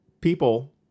people